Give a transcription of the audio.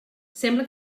sembla